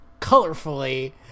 colorfully